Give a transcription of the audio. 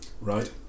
right